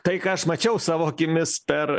tai ką aš mačiau savo akimis per